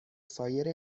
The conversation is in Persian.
سایر